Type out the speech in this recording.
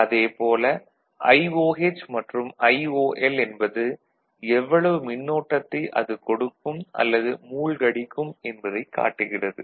அதே போல IOH மற்றும் IOL என்பது எவ்வளவு மின்னோட்டத்தை அது கொடுக்கும் அல்லது மூழ்கடிக்கும் என்பதைக் காட்டுகிறது